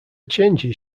changes